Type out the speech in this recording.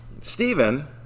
Stephen